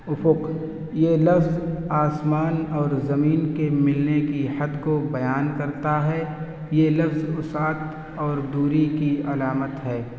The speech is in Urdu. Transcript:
افق یہ لفظ آسمان اور زمین کے ملنے کی حد کو بیان کرتا ہے یہ لفظ وسعت اور دوری کی علامت ہے